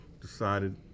decided